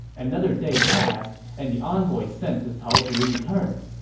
another day passed, and the envoy sent to cao zhi returned,